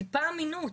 טיפה אמינות.